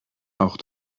auch